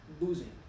losing